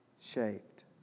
shaped